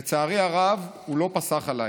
לצערי הרב, הוא לא פסח עליי.